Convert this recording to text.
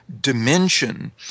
dimension